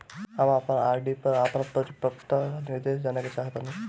हम अपन आर.डी पर अपन परिपक्वता निर्देश जानेके चाहतानी